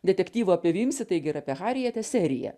detektyvų apie vimsį taigi ir apie harijietę seriją